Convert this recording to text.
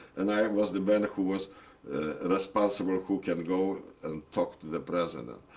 and i was the man who was responsible, who can go and talk to the president.